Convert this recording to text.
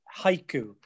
haiku